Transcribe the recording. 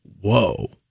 whoa